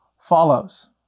follows